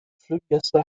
fluggäste